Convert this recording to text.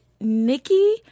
nikki